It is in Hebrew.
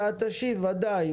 אתה תשיב בוודאי,